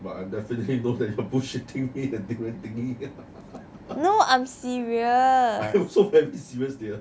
but I definitely know that you're bullshitting me I'm also very serious dear